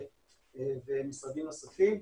עם האוצר ומשרדים נוספים,